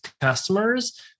customers